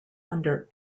under